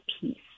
peace